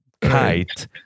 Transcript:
kite